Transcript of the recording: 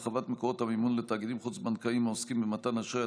(הרחבת מקורות המימון לתאגידים חוץ-בנקאיים העוסקים במתן אשראי),